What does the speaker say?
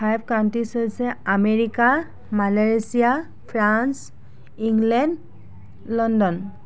five countries হৈছে America Malaysia France England London